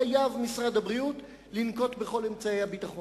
חייב משרד הבריאות לנקוט את כל אמצעי הביטחון,